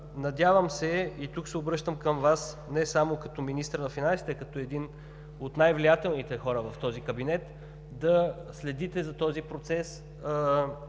Надявам се и тук се обръщам към Вас не само като към министър на финансите, а и като един от най-влиятелните хора в този кабинет, да следите за този процес